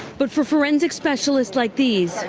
but for forensic specialists like these,